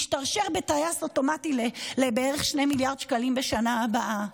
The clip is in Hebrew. משתרשר בטייס אוטומטי בערך ל-2 מיליארד שקלים בשנה הבאה.